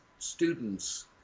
students